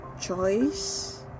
choice